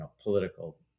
political